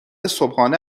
صبحانه